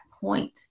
point